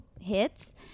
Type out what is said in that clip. hits